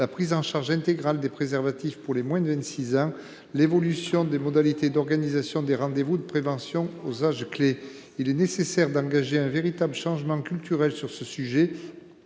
la prise en charge intégrale des préservatifs pour les moins de 26 ans et l’évolution des modalités d’organisation des rendez vous de prévention aux âges clés. Il est nécessaire d’engager un véritable changement culturel sur le sujet,